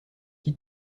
qui